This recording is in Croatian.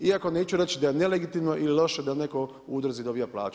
Iako neću reći da je nelegitimno ili loše da netko u udruzi dobija plaću.